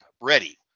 ready